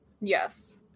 Yes